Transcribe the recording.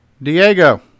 Diego